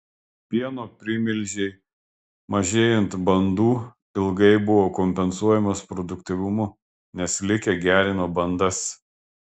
pieno primilžiai mažėjant bandų ilgai buvo kompensuojamas produktyvumu nes likę gerino bandas